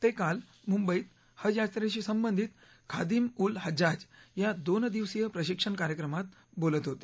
ते काल मुंबईत इज यात्रेशी संबंधित खादिम उल हज्जाज या दोन दिवसीय प्रशिक्षण कार्यक्रमात बोलत होते